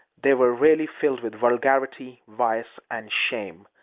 they were really filled with vulgarity, vice, and shame.